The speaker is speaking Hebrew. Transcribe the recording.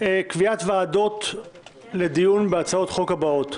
קביעת ועדות לדיון בהצעות החוק הבאות: